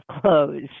clothes